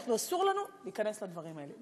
אסור לנו להיכנס לדברים האלה.